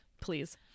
Please